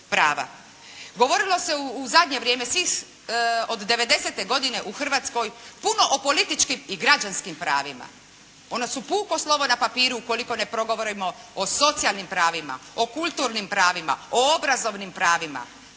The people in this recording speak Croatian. Govorili se u zadnje vrijeme, od '90. godine u Hrvatskoj puno o političkim i građanskim pravima. Ona su puko slovo na papiru ukoliko ne progovorimo o socijalnim pravima, o kulturnim pravima, i obrazovnim pravima.